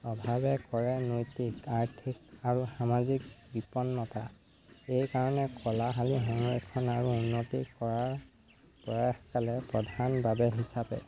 অভাৱে কৰে নৈতিক আৰ্থিক আৰু সামাজিক বিপন্নতা এইকাৰণে কলাশালী সংৰক্ষণ আৰু উন্নতি কৰাৰ প্ৰয়াসকালে প্ৰধান বাবে হিচাপে